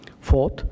Fourth